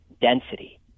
density